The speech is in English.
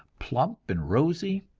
plump and rosy,